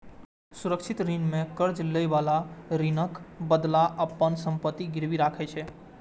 सुरक्षित ऋण मे कर्ज लएबला ऋणक बदला अपन संपत्ति गिरवी राखै छै